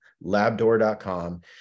Labdoor.com